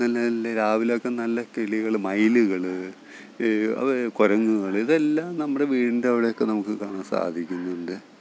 നല്ല നല്ല രാവിലെയൊക്കെ നല്ല കിളികൾ മയിലുകൾ അത് കുരങ്ങുകൾ ഇതെല്ലാം നമ്മുടെ വീടിൻറ്റവിടെയൊക്കെ നമുക്ക് കാണാൻ സാധിക്കുന്നുണ്ട്